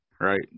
right